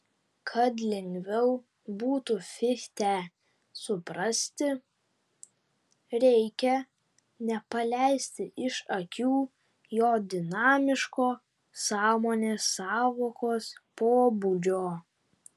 kad lengviau būtų fichtę suprasti reikia nepaleisti iš akių jo dinamiško sąmonės sąvokos pobūdžio